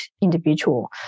individual